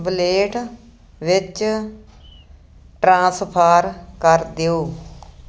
wallet ਵਿੱਚ transfer ਕਰ ਦੋ